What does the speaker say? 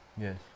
Yes